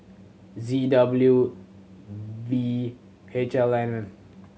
Z W V H L N